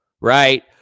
right